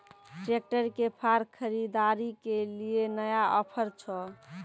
Tractor के फार खरीदारी के लिए नया ऑफर छ?